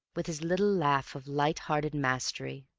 with his little laugh of light-hearted mastery.